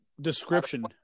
Description